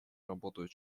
работают